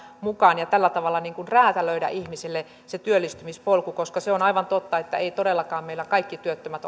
mukaan ja tällä tavalla niin kuin räätälöidä ihmisille se työllistymispolku koska se on aivan totta että todellakaan meillä kaikki työttömät